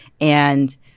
And-